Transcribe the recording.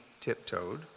tiptoed